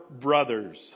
brothers